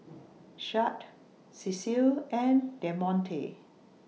Shad Cecile and Demonte